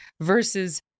versus